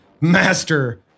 master